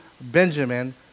Benjamin